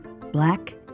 black